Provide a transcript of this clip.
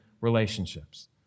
relationships